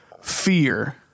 fear